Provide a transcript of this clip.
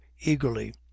eagerly